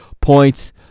points